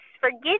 forget